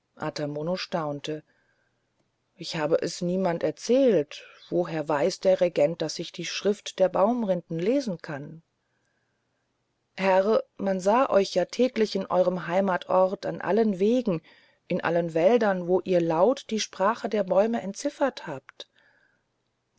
ata mono staunte ich habe es niemand erzählt woher weiß der regent daß ich die schrift der baumrinden lesen kann herr man sah euch ja täglich in eurem heimatort an allen wegen in allen wäldern wie ihr laut die sprache der bäume entziffert habt